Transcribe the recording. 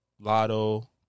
Lotto